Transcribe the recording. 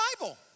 Bible